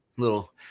little